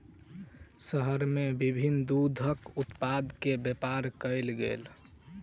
शहर में विभिन्न दूधक उत्पाद के व्यापार कयल गेल